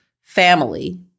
family